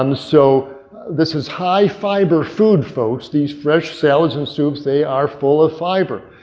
um so this is high fiber food folks, these fresh salads and soups, they are full of fiber.